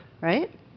Right